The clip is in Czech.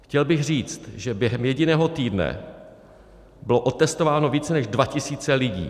Chtěl bych říct, že během jediného týdne bylo otestováno více než 2 tisíce lidí.